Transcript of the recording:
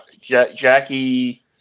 Jackie